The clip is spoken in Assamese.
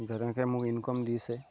যেনেকৈ মোক ইনকম দিছে